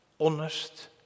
honest